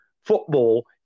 football